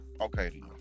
okay